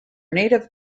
native